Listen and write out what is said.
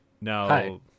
now